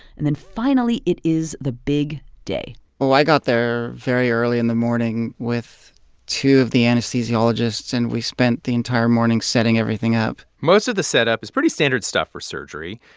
and then finally, it is the big day well, i got there very early in the morning with two of the anesthesiologists, and we spent the entire morning setting everything up most of the setup is pretty standard stuff for surgery.